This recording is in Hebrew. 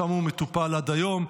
שם הוא מטופל עד היום,